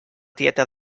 tieta